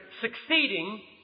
succeeding